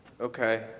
Okay